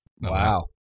Wow